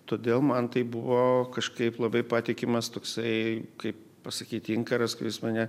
todėl man tai buvo kažkaip labai patikimas toksai kaip pasakyti inkaras kuris mane